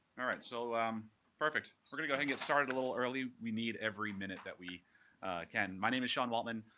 all right, so um perfect. we're going to go ahead get started a little early. we need every minute that we can. my name is sean wohltman.